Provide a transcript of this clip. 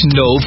no